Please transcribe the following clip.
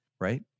right